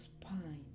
spine